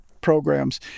programs